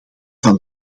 van